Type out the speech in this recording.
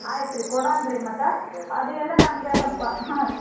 ಆಯ್ತು ರೀ ಕೊಡನ ರೀ ಮತ್ತು ಅದು ಎಲ್ಲ ನನಗೆ ಸ್ವಲ್ಪ ಹಾಂ